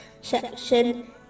section